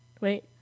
Wait